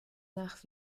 nach